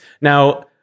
now